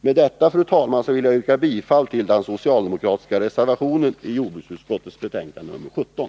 Med det anförda, fru talman, vill jag yrka bifall till den socialdemokratiska reservationen vid jordbruksutskottets betänkande nr 17.